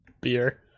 Beer